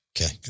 Okay